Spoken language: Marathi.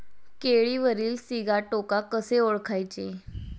केळीवरील सिगाटोका कसे ओळखायचे?